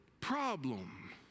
problem